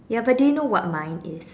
ya but do you know what mine is